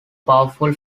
powerful